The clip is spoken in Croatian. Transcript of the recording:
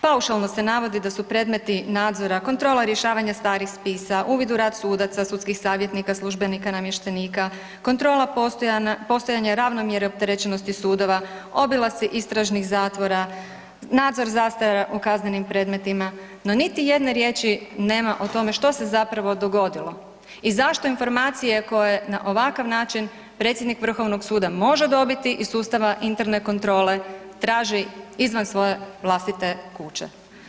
Paušalno se navodi da su predmeti nadzora kontrola rješavanja starih spisa, uvid u rad sudaca, sudskih savjetnika, službenika, namještenika, kontrola postojanja ravnomjerne opterećenosti sudova, obilasci istražnih zatvora, nadzor zastare u kaznenim predmetima, no niti jedne riječi nema o tome što se zapravo dogodilo i zašto informacije koje na ovakav način predsjednik vrhovnog suda može dobiti iz sustava interne kontrole traži izvan svoje vlastite kuće?